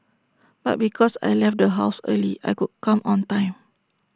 but because I left the house early I could come on time